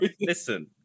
listen